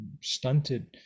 stunted